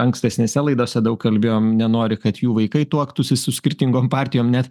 ankstesnėse laidose daug kalbėjom nenori kad jų vaikai tuoktųsi su skirtingom partijom net